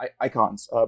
icons